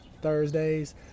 Thursdays